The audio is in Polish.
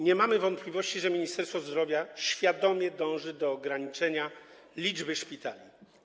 Nie mamy wątpliwości, że Ministerstwo Zdrowia świadomie dąży do ograniczenia liczby szpitali.